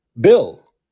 Bill